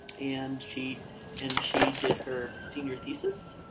and she and she did her senior thesis,